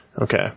Okay